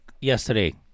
yesterday